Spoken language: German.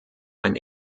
ein